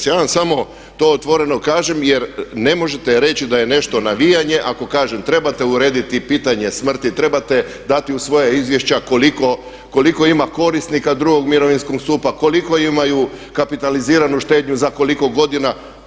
Ja vam samo to otvoreno kažem jer ne možete reći da je nešto navijanje ako kažem trebate urediti i pitanje smrti, trebate dati u svoja izvješća koliko ima korisnika drugog mirovinskog stupa, koliko imaju kapitaliziranu štednju, za koliko godina.